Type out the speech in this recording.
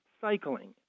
cycling